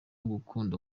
gukunda